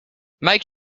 make